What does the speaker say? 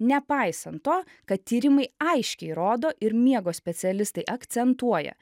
nepaisant to kad tyrimai aiškiai rodo ir miego specialistai akcentuoja